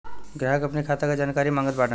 ग्राहक अपने खाते का जानकारी मागत बाणन?